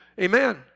amen